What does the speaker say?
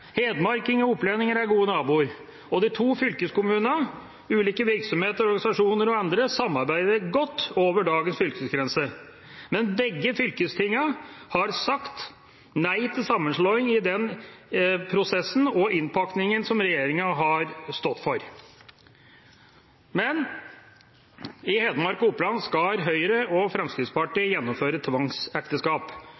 Hedmarkinger og opplendinger er gode naboer. De to fylkeskommunene, ulike virksomheter, organisasjoner og andre samarbeider godt over dagens fylkesgrense. Men begge fylkestingene har i den prosessen sagt nei til sammenslåing og innpakningen som regjeringen har stått for. I Hedmark og Oppland skal Høyre og